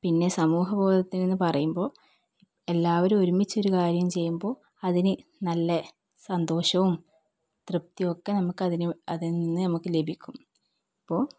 പിന്നെ സമൂഹ ബോധത്തിനെന്ന് പറയുമ്പോൾ എല്ലാവരും ഒരുമിച്ചൊരു കാര്യം ചെയ്യുമ്പോൾ അതിന് നല്ല സന്തോഷവും തൃപ്തിയുമൊക്കെ നമുക്കതിനെ അതിൽ നിന്ന് നമുക്ക് ലഭിക്കും അപ്പോൾ